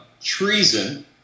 treason